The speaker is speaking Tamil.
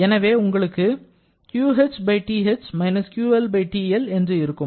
எனவே உங்களுக்கு 'QHTH QLTL' என்று இருக்கும்